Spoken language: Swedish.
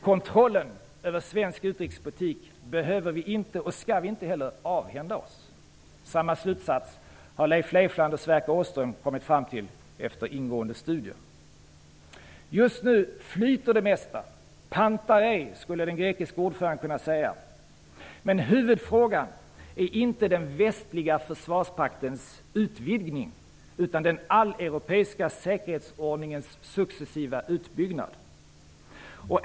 Kontrollen över svensk utrikespolitik behöver vi inte och skall vi inte heller avhända oss. Samma slutsats har Leif Leifland och Sverker Åström kommit fram till efter ingående studier. Just nu flyter det mesta. ''Panta rei'', skulle den grekiske EU-ordföranden kunna säga. Men huvudfrågan är inte den västliga försvarspaktens utvidgning utan den alleuropeiska säkerhetsordningens successiva uppbyggnad.